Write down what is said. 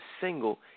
single